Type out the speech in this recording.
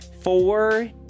Four